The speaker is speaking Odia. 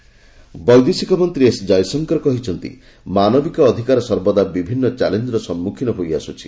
ଜୟଶଙ୍କର ବୈଦେଶିକ ମନ୍ତ୍ରୀ ଏସ୍ ଜୟଶଙ୍କର କହିଛନ୍ତି ମାନବିକ ଅଧିକାର ସର୍ବଦା ବିଭିନ୍ନ ଚ୍ୟାଲେଞ୍ଜର ସମ୍ମୁଖୀନ ହୋଇ ଆସୁଛି